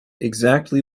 exactly